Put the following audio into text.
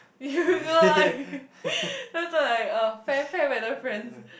you I then I thought like uh fair fair weather friends